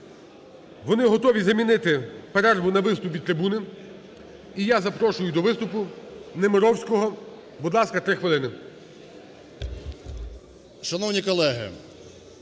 вони готові замінити перерву на виступ від трибуни. І я запрошу до виступу Немировського, будь ласка, 3 хвилини. 11:10:54